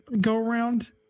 go-around